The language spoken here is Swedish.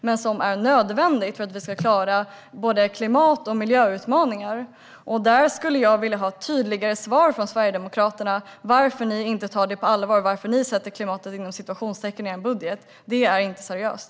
Men det är också nödvändigt för att vi ska klara både klimat och miljöutmaningar. Jag skulle vilja ha tydligare svar från Sverigedemokraterna på varför ni inte tar det på allvar. Varför sätter ni citationstecken om klimatet i er budget? Det är inte seriöst.